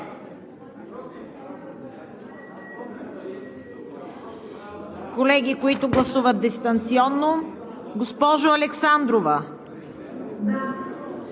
Колеги, които гласуват дистанционно! Госпожо Александрова?